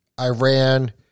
Iran